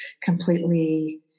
completely